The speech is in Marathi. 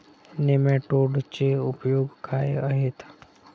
नेमाटोडचे उपयोग काय आहेत?